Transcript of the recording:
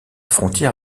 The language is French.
frontière